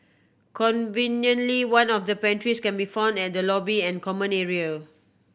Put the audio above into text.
conveniently one of the pantries can be found at the lobby and common area